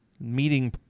meeting